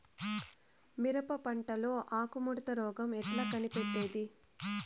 మిరప పంటలో ఆకు ముడత రోగం ఎట్లా కనిపెట్టేది?